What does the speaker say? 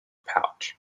pouch